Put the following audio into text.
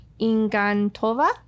Ingantova